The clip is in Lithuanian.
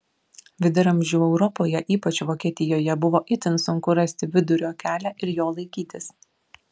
viduramžių europoje ypač vokietijoje buvo itin sunku rasti vidurio kelią ir jo laikytis